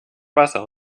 wasser